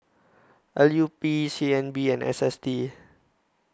L U P C N B and S S T